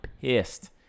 pissed